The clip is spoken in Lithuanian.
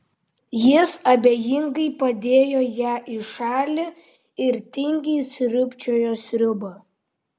jis abejingai padėjo ją į šalį ir tingiai sriūbčiojo sriubą